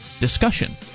discussion